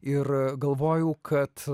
ir galvoju kad